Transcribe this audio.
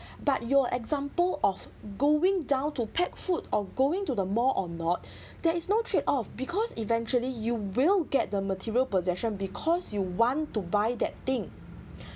but your example of going down to pack food or going to the mall or not there is no trade off because eventually you will get the material possession because you want to buy that thing